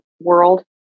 world